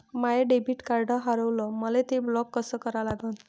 माय debit card हारवलं, मले ते ब्लॉक कस करा लागन?